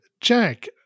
jack